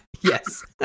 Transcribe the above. Yes